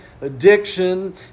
addiction